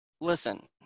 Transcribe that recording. listen